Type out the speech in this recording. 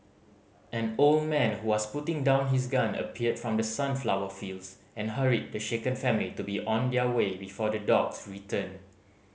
an old man who was putting down his gun appeared from the sunflower fields and hurried the shaken family to be on their way before the dogs return